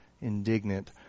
indignant